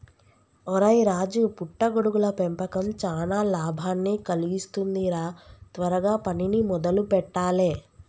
ఒరై రాజు పుట్ట గొడుగుల పెంపకం చానా లాభాన్ని కలిగిస్తుంది రా త్వరగా పనిని మొదలు పెట్టాలే